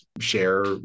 share